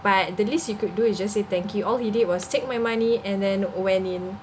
but the least you could do is just say thank you all he did was take my money and then went in